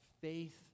faith